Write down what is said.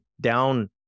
down